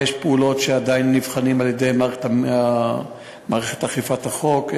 יש פעולות שעדיין נבחנות על-ידי מערכת אכיפת החוק,